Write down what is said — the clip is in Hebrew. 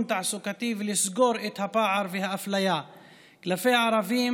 תעסוקתי ולסגור את הפער והאפליה כלפי הערבים,